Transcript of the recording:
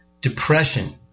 depression